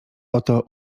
oto